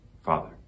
father